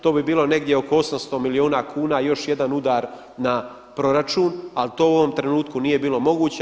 To bi bilo negdje oko 800 milijuna kuna još jedan udar na proračun, ali to u ovom trenutku nije bilo moguće.